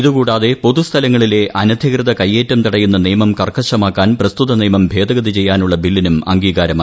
ഇതുകൂടാതെ പൊതുസ്ഥലങ്ങളിലെ അന്ധികൃത കൈയേറ്റം തടയുന്ന നിയമം കർക്കശമാക്കാൻ പ്രസ്തുത്യ നിയമം ഭേദഗതി ചെയ്യാനുള്ള ബില്ലിനും അംഗീകാരമായി